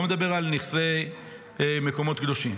אני לא מדבר על מקומות קדושים.